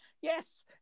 Yes